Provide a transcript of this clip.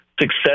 success